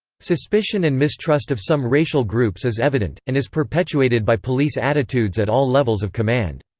suspicion and mistrust of some racial groups is evident, and is perpetuated by police attitudes at all levels of command.